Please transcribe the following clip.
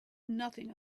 nothing